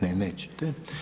Ne, nećete.